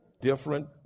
Different